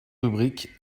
rubrique